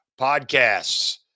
podcasts